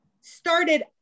started